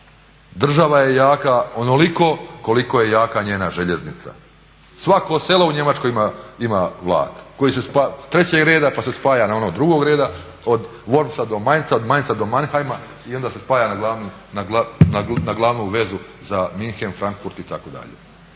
država je jaka onoliko koliko je jaka njena željeznica. Svako selo u Njemačkoj ima vlak trećeg reda pa se spaja na onog drugog reda od Wormsa do Mainza, od Mainza do Mannheima i onda se spaja na glavnu vezu za München, Frankfurt itd..